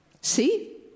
see